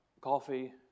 coffee